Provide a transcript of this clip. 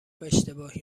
اشتباهی